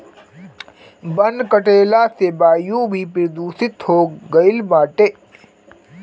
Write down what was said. वन कटला से वायु भी प्रदूषित हो गईल बाटे